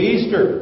Easter